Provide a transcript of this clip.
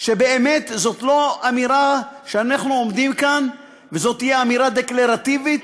שבאמת זאת לא אמירה שאנחנו עומדים כאן וזו תהיה אמירה דקלרטיבית,